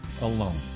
alone